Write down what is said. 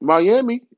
Miami